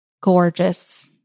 gorgeous